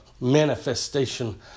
manifestation